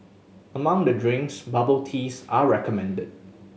among the drinks bubble teas are recommended